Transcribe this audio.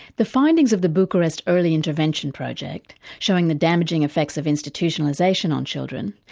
the findings of the bucharest early intervention project showing the damaging effects of institutionalisation on children,